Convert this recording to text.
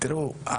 תראו,